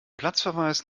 platzverweis